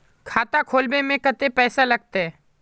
खाता खोलबे में कते पैसा लगते?